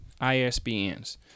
ISBNs